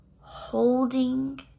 holding